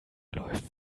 läuft